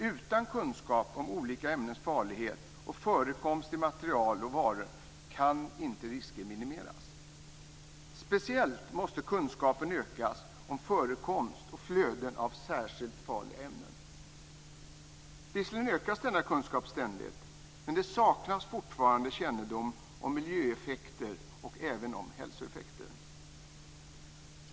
Utan kunskap om olika ämnens farlighet och förekomst i material och varor kan risker inte minimeras. Speciellt måste kunskapen ökas om förekomst och flöden av särskilt farliga ämnen. Visserligen ökas denna kunskap ständigt, men det saknas fortfarande kännedom om miljöeffekter och även om hälsoeffekter.